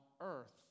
earth